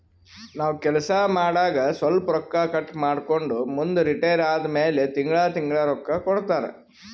ನಾವ್ ಕೆಲ್ಸಾ ಮಾಡಾಗ ಸ್ವಲ್ಪ ರೊಕ್ಕಾ ಕಟ್ ಮಾಡ್ಕೊಂಡು ಮುಂದ ರಿಟೈರ್ ಆದಮ್ಯಾಲ ತಿಂಗಳಾ ತಿಂಗಳಾ ರೊಕ್ಕಾ ಕೊಡ್ತಾರ